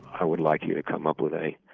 i would like you to come up with a